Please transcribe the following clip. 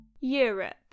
Europe